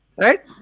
Right